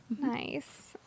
Nice